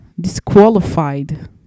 disqualified